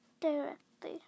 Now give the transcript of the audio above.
directly